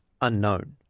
unknown